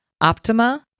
Optima